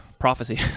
Prophecy